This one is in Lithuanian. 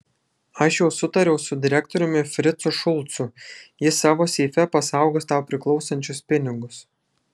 aš jau sutariau su direktoriumi fricu šulcu jis savo seife pasaugos tau priklausančius pinigus